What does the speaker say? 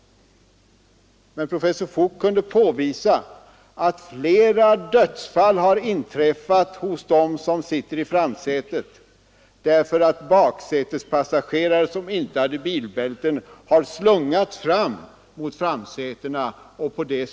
Men professor Voigt kunde påvisa att flera dödsfall har inträffat hos dem som suttit i framsätet därför att baksätespassagerare som inte använt bilbältet har slungats mot framsätena.